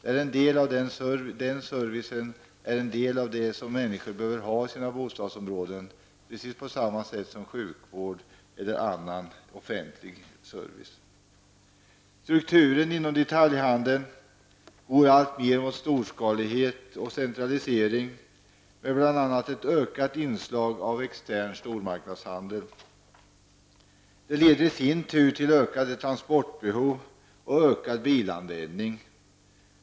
Den servicen är en del av det som människorna behöver ha i sina bostadsområden precis på samma sätt som de behöver sjukvård eller annan offentlig service. Strukturen inom detaljhandeln går allt mer mot storskalighet och centralisering med bl.a. ett ökat inslag av extern stormarknadshandel. Detta leder i sin tur till ökade transportbehov och ökad bilanvändning.